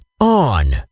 on